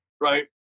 Right